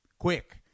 quick